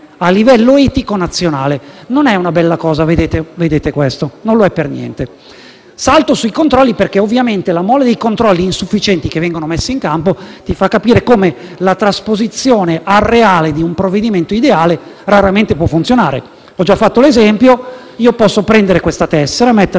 a livello etico nazionale. Colleghi, questa non è una bella cosa; non lo è per niente. Non mi soffermo sui controlli, perché ovviamente la mole dei controlli insufficienti che vengono messi in campo fa capire come la trasposizione al reale di un provvedimento ideale raramente può funzionare. Ho già fatto l'esempio: posso prendere questa tessera, metterla